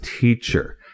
teacher